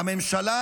והממשלה,